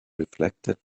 reflected